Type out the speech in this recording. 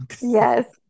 Yes